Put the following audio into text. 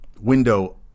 window